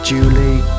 Julie